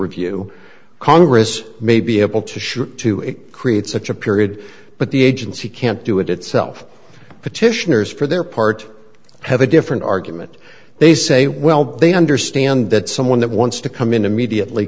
review congress may be able to shoot to create such a period but the agency can't do it itself petitioners for their part have a different argument they say well they understand that someone that wants to come in immediately